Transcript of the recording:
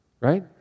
Right